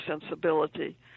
sensibility